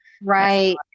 Right